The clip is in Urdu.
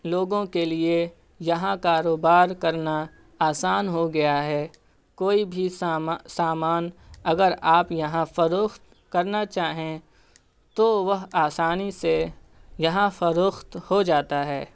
لوگوں کے لیے یہاں کاروبار کرنا آسان ہو گیا ہے کوئی بھی سامان اگر آپ یہاں فروخت کرنا چاہیں تو وہ آسانی سے یہاں فروخت ہو جاتا ہے